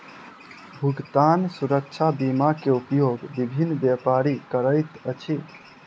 भुगतान सुरक्षा बीमा के उपयोग विभिन्न व्यापारी करैत अछि